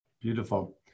Beautiful